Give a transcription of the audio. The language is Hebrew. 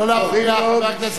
קוראים לו "משנה תורה" לרמב"ם.